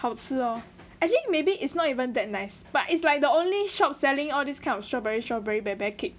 好吃 hor actually maybe it's not even that nice but is like the only shop selling all this kind of strawberry strawberry bear bear cake